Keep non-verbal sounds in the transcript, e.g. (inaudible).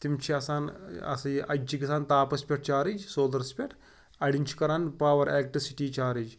تِم چھِ آسان (unintelligible) اَجہِ چھِ گَژھان تاپَس پٮ۪ٹھ چارٕج سولرَس پٮ۪ٹھ اَڑٮ۪ن چھِ کَران پاوَر اٮ۪لٮ۪کٹرٛسِٹی چارٕج